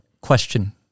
question